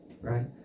Right